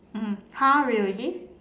mmhmm !huh! really